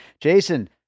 jason